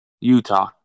Utah